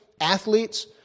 athletes